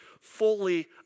fully